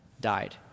died